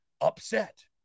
upset